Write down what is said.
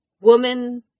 Woman